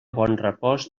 bonrepòs